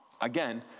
Again